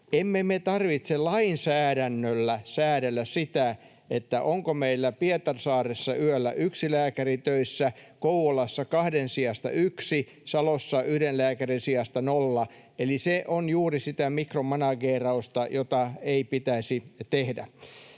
tarvitse lainsäädännöllä säädellä sitä, onko meillä Pietarsaaressa yöllä yksi lääkäri töissä, Kouvolassa kahden sijasta yksi, Salossa yhden lääkärin sijasta nolla, eli se on juuri sitä mikromanageerausta, jota ei pitäisi tehdä.